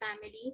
family